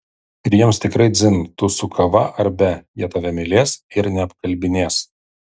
ir jiems tikrai dzin tu su kava ar be jie tave mylės ir neapkalbinės